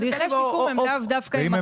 מדריכי שיקום הם לאו דווקא עם הכשרה מקצועית.